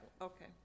Okay